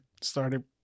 started